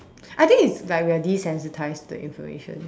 I think it's like we are desensitised to information